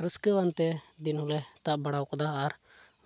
ᱨᱟᱹᱥᱠᱟᱹᱣᱟᱱᱛᱮ ᱫᱤᱱ ᱦᱚᱞᱮ ᱛᱟᱵ ᱵᱟᱲᱟᱣ ᱠᱟᱫᱟ ᱟᱨ